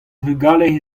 vugale